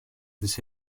της